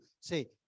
say